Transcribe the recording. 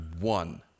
one